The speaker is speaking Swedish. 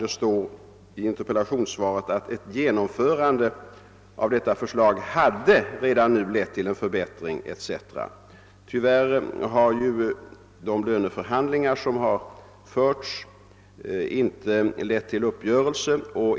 Det står i interpellationssvaret: »Ett genomförande av dessa förslag hade redan nu lett till en förbättring av arbetsläget inom polisväsendet.« Tyvärr har de löneförhandlingar som förts inte lett till någon uppgörelse.